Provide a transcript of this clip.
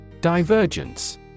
Divergence